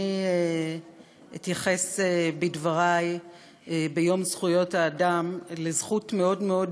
אני אתייחס בדברי ביום זכויות האדם לזכות מאוד מאוד